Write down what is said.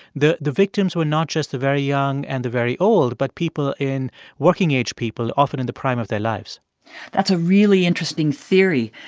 the the victims were not just the very young and the very old but people in working age people, often in the prime of their lives that's a really interesting theory.